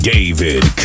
David